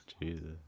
Jesus